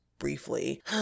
Briefly